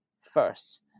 first